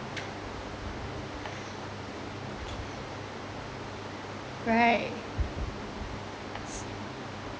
right